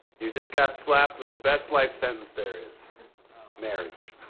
you just got slapped with the best life sentence there is marriage.